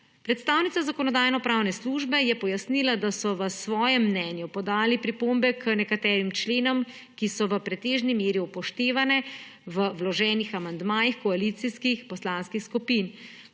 Predstavnica Zakonodajno-pravne službe je pojasnila, da so v svojem mnenju podali pripombe k nekaterim členom, ki so v pretežni meri upoštevane v vloženih amandmajih koalicijskih poslanskih skupin.